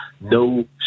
no